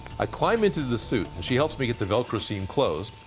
i climb into the suit and she helps me get the velcro seam closed.